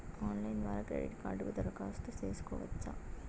Online ద్వారా credit కార్డుకు దరఖాస్తు సేసుకోవచ్చా?